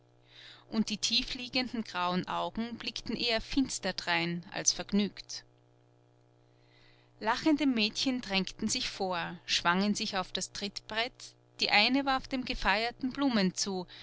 und die tiefliegenden grauen augen blickten eher finster als vergnügt drein lachende mädchen drängten sich vor schwangen sich auf das trittbrett die eine warf dem gefeierten blumen zu